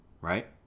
right